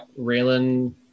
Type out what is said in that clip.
Raylan